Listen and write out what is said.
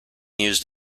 used